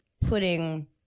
putting